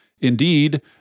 Indeed